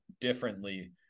differently